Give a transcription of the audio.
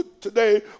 today